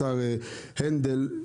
השר הנדל רצה,